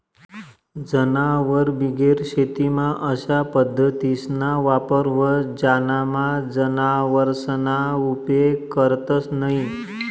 जनावरबिगेर शेतीमा अशा पद्धतीसना वापर व्हस ज्यानामा जनावरसना उपेग करतंस न्हयी